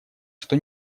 что